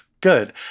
Good